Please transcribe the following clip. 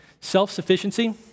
self-sufficiency